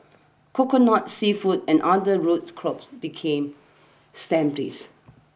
coconut seafood and other root crops became staples